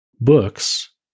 Books